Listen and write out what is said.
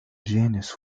janis